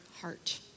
heart